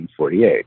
1948